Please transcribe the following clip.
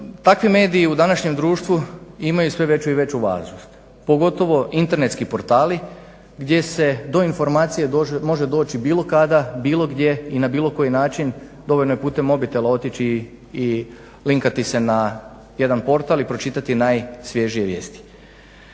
Takvi mediji u današnjem društvu imaju sve veću i veću važnost pogotovo internetski portali gdje se do informacije može doći bilo kada, bilo gdje i na bilo koji način. Dovoljno je putem mobitela otići i linkati se na jedan portal i pročitati najsvježije vijesti.